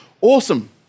Awesome